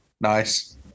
Nice